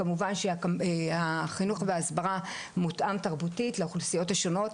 כמובן שהחינוך וההסברה מותאם תרבותית לאוכלוסיות השונות,